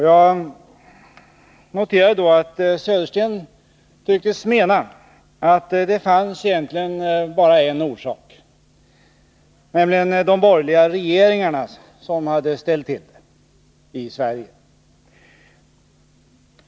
Jag noterade då att Bo Södersten tycks mena att det egentligen fanns bara en orsak — det var de borgerliga regeringarna som hade ställt till det i Sverige.